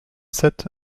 sept